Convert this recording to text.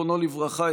זיכרונו לברכה,